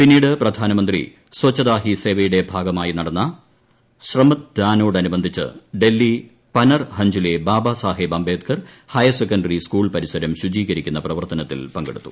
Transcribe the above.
പിന്നീട് പ്രധാനമന്ത്രി സ്വച്ഛതാ ഹി സേവയുടെ ഭാഗമായി നടന്ന ശ്രമദാനത്തോടനുബന്ധിച്ച് ഡൽഹി പനർഹഞ്ചിലെ ബാബാ സാഹേബ് അംബേദ്ക്കർ ഹയർസെക്കണ്ടറി സ്കൂൾ പരിസരം ശുചീകരിക്കുന്ന പ്രവർത്തനത്തിൽ പങ്കെടുത്തു